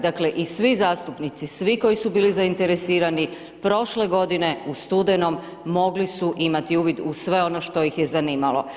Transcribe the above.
Dakle i svi zastupnici, svi koji su bili zainteresirani, prošle godine u studenom mogli su imati uvid u sve ono što ih zanimalo.